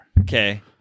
Okay